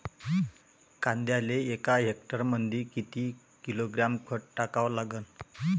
कांद्याले एका हेक्टरमंदी किती किलोग्रॅम खत टाकावं लागन?